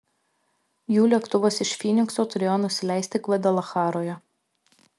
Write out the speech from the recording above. jų lėktuvas iš fynikso turėjo nusileisti gvadalacharoje